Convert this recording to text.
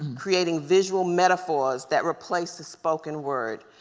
creating visual metaphors that replace the spoken word,